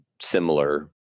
similar